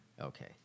Okay